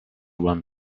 one